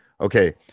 okay